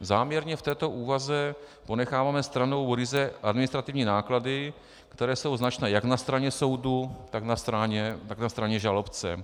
Záměrně v této úvaze ponecháváme stranou ryze administrativní náklady, které jsou značné jak na straně soudu, tak na straně žalobce.